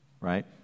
Right